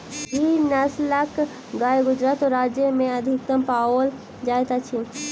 गिर नस्लक गाय गुजरात राज्य में अधिकतम पाओल जाइत अछि